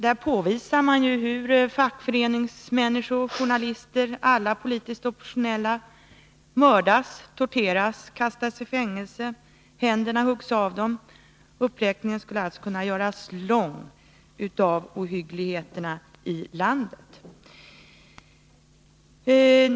I rapporten påvisas hur fackföreningsmänniskor, journalister och alla politiskt oppositionella mördas, torteras och kastas i fängelse, händerna huggs av dem — uppräkningen av ohyggligheterna i landet skulle kunna göras lång.